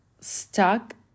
stuck